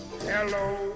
Hello